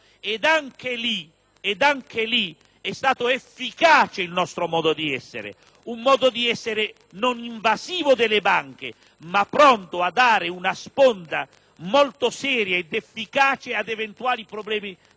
Ed anche lì è stato efficace il nostro modo di essere, un modo di essere non invasivo delle banche, ma pronto a dare una sponda molto seria ed efficace ad eventuali crisi di liquidità.